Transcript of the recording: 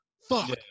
Fuck